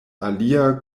alia